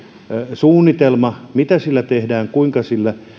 suunnitelma mitä sillä tehdään kuinka sillä